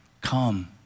Come